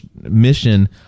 mission